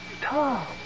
Tom